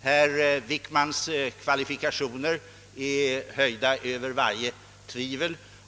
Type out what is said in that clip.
Herr Wickmans kvalifikationer är höjda över varje tvivel.